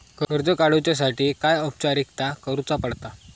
कर्ज काडुच्यासाठी काय औपचारिकता करुचा पडता?